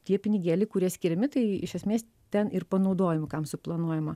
tie pinigėliai kurie skiriami tai iš esmės ten ir panaudojami kam suplanuojama